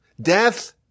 death